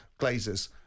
Glazers